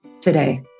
today